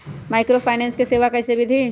Microfinance के सेवा कइसे विधि?